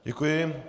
Děkuji.